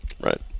Right